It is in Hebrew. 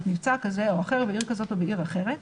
מבצע כזה או אחר בעיר כזאת או בעיר אחרת.